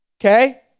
Okay